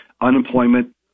unemployment